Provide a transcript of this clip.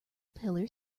pillar